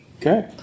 okay